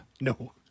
No